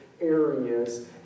areas